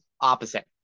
opposite